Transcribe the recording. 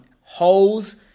Holes